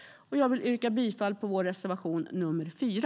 Jag yrkar bifall till vår reservation nr 4.